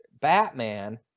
Batman